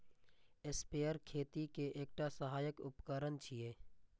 sprayer खेती के एकटा सहायक उपकरण छियै